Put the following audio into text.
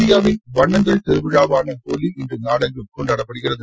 இந்தியாவின் வண்ணங்கள் திருவிழாவான ஹோலி இன்று நாடெங்கும் கொண்டாடப்படுகிறது